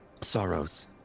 Sorrows